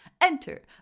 Enter